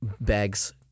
bags